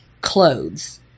clothes